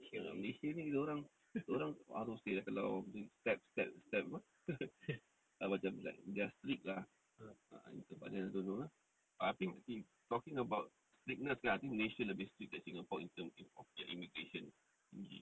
ya malaysia ni dia orang dia orang how to say eh kalau step step step apa macam like they are strict lah ah tempatnya I don't know ah but I think if talking about strictness lah I think malaysia lebih strict than singapore for in terms of their immigration tinggi